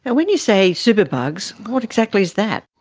but when you say superbugs, what exactly is that?